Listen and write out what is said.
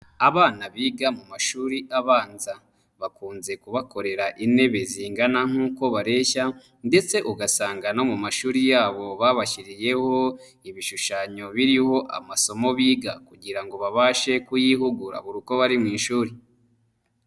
Abana biga mu mashuri abanza bakunze kubakorera intebe zingana nk'uko bareshya ndetse ugasanga no mu mashuri yabo babashyiriyeho ibishushanyo biriho amasomo biga kugira ngo babashe kuyihugura buri uko bari mu ishuri.